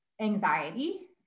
anxiety